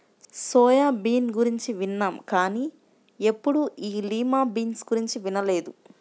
soya bean గురించి విన్నాం కానీ ఎప్పుడూ ఈ లిమా బీన్స్ గురించి వినలేదు